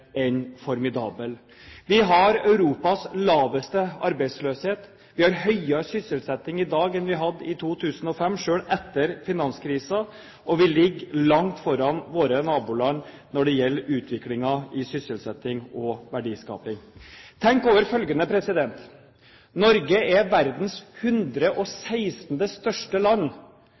enn formidable. Vi har Europas laveste arbeidsløshet. Vi har høyere sysselsetting i dag enn vi hadde i 2005, selv etter finanskrisen, og vi ligger langt foran våre naboland når det gjelder utviklingen i sysselsetting og verdiskaping. Tenk over følgende: Norge er verdens 116. største land